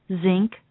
zinc